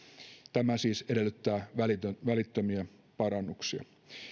tämä siis edellyttää välittömiä välittömiä parannuksia